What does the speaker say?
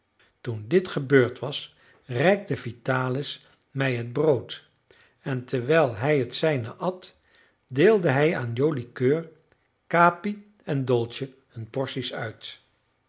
toen dit gebeurd was reikte vitalis mij het brood en terwijl hij het zijne at deelde hij aan joli coeur capi en dolce hun porties uit